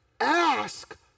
Ask